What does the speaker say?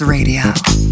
Radio